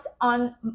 on